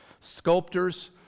sculptors